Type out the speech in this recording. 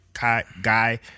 Guy